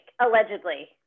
allegedly